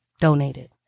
donated